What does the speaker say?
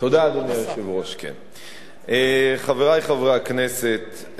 אדוני היושב-ראש, תודה, חברי חברי הכנסת,